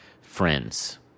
friends